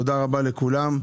תודה רבה לכולם.